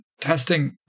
testing